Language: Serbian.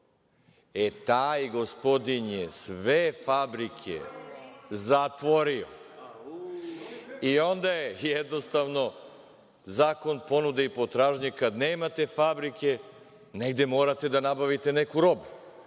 Taj gospodin je sve fabrike zatvorio i onda je jednostavno zakon ponude i potražnje kada nemate fabrike negde morate da nabavite neku robu. Kada